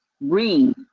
read